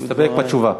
נסתפק בתשובה.